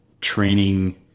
training